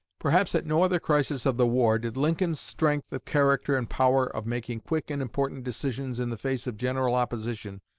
perhaps at no other crisis of the war did lincoln's strength of character and power of making quick and important decisions in the face of general opposition,